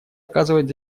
оказывать